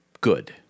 good